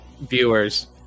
viewers